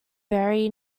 very